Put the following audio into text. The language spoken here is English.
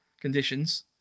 conditions